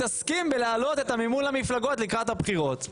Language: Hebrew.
מתעסקים בהעלאת המימון למפלגות לקראת הבחירות.